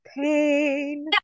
pain